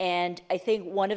and i think one of the